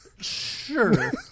Sure